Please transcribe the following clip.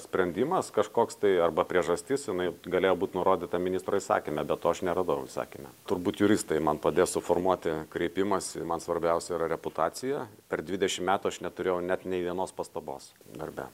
sprendimas kažkoks tai arba priežastis jinai galėjo būt nurodyta ministro įsakyme be to aš neradau įsakyme turbūt juristai man padės suformuoti kreipimąsi man svarbiausia yra reputacija per dvidešim metų aš neturėjau net nei vienos pastabos darbe